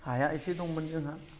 हाया एसे दंमोन जोंहा